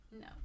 No